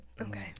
Okay